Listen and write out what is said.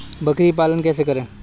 बकरी पालन कैसे करें?